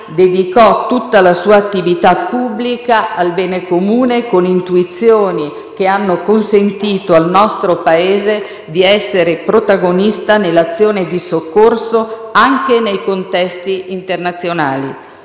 dedicò tutta la sua attività pubblica al bene comune, con intuizioni che hanno consentito al nostro Paese di essere protagonista nell'azione di soccorso anche nei contesti internazionali.